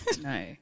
No